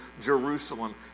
Jerusalem